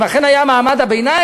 אם אכן היה מעמד הביניים,